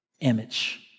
image